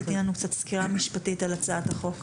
תני לנו קצת סקירה משפטית על הצעת החוק.